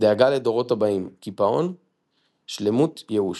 דאגה לדורות הבאים-קיפאון, שלמות-ייאוש.